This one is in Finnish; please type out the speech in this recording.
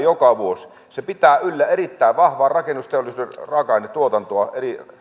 joka vuosi se pitää yllä erittäin vahvaa rakennusteollisuuden raaka ainetuotantoa